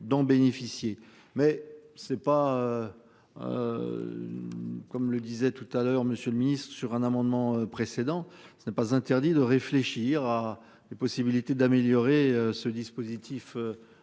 mais. C'est pas. Comme le disait tout à l'heure Monsieur le Ministre sur un amendement précédent. Ce n'est pas interdit de réfléchir à des possibilités d'améliorer ce dispositif.